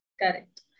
Correct